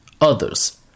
others